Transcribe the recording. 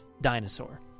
dinosaur